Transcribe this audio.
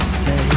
say